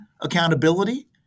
accountability